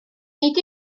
nid